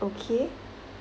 okay